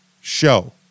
show